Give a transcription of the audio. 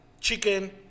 Chicken